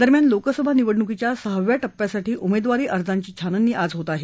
दरम्यान लोकसभा निवडणुकीच्या सहाव्या टप्प्यासाठी उमेदवारी अर्जांची छाननी आज होत आहे